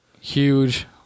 huge